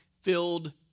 filled